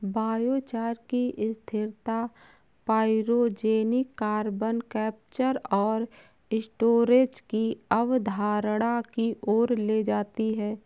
biochar की स्थिरता pyrogenic carbon capture और स्टोरेज की अवधारणा की ओर ले जाती है